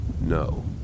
No